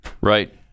Right